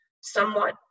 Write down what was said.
somewhat